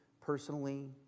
personally